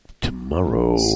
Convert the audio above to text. tomorrow